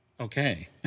Okay